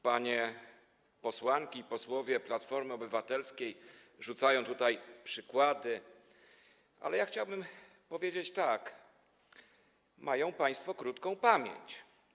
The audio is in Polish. Panie posłanki i posłowie Platformy Obywatelskiej rzucają tutaj przykładami, ale ja chciałbym powiedzieć tak: mają państwo krótką pamięć.